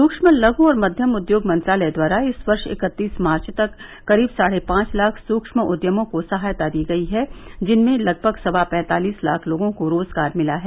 सूक्म लघ् और मध्यम उद्योग मंत्रालय द्वारा इस वर्ष इक्कतीस मार्च तक करीब साढ़े पांच लाख सूक्म उद्यमों को सहायता दी गई है जिनमे लगभग सवा पैंतलिस लाख लोगों को रोजगार मिला है